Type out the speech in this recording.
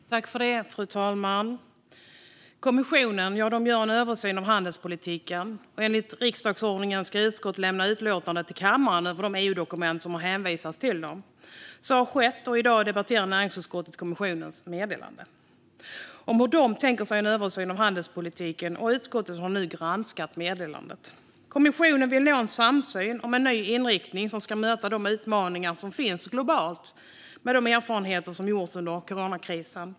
Kommissionens meddelande om en översyn av handels-politiken Fru talman! Kommissionen gör en översyn av handelspolitiken. Enligt riksdagsordningen ska utskott lämna utlåtande till kammaren över de EU-dokument som har hänvisats till dem. Så har skett, och i dag debatterar näringsutskottet kommissionens meddelande om hur de tänker sig en översyn av handelspolitiken. Utskottet har nu granskat meddelandet. Kommissionen vill nå en samsyn om en ny inriktning som ska möta de utmaningar som finns globalt med de erfarenheter som gjorts under coronakrisen.